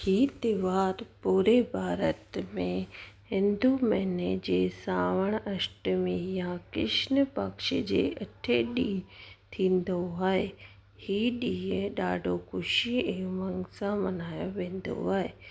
ही तहिंवारु पूरे भारत में हिंदु महिने जे सावण अष्टमी यां कृष्ण पक्ष जे अठे ॾींहुं थींदो आहे ही ॾींहुं ॾाढो ख़ुशी ऐं मन सां मनायो वेंदो आहे